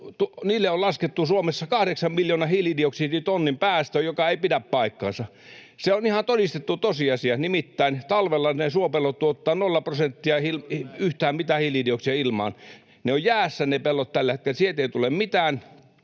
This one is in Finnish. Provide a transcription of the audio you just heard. on laskettu Suomessa kahdeksan miljoonan hiilidioksiditonnin päästö, joka ei pidä paikkaansa. Se on ihan todistettu tosiasia — nimittäin talvella ne suopellot tuottavat nolla prosenttia, ei yhtään mitään, hiilidioksidia ilmaan. Ne pellot ovat jäässä tällä hetkellä, sieltä ei tule mitään.